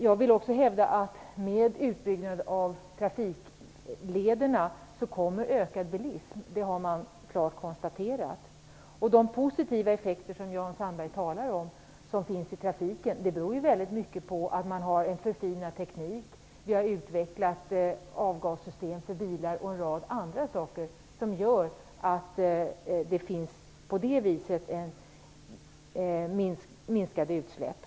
Jag vill också hävda, att med utbyggnaden av trafiklederna kommer ökad bilism - det har klart konstaterats. De positiva effekter i trafiken som Jan Sandberg talar om beror väldigt mycket på en förfinad teknik, utvecklade avgassystem för bilar och en rad andra saker. På det sättet blir det minskade utsläpp.